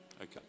Okay